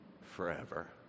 forever